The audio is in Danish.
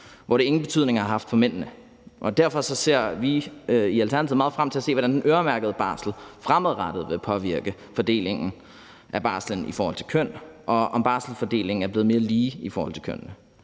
hvor det ingen betydning har for mændene. Derfor ser vi i Alternativet meget frem til at se, hvordan den øremærkede barsel fremadrettet vil påvirke fordelingen af barslen i forhold til køn, og om barselsfordelingen er blevet mere lige i forhold til kønnene.